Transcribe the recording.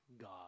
God